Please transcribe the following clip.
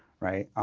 right?